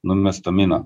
numesta mina